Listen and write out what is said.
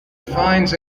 finds